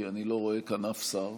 כי אני לא רואה כאן אף שר.